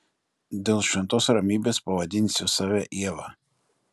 dėl šventos ramybės pavadinsiu save ieva